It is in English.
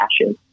passion